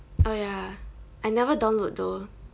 oh ya I never download though